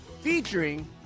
featuring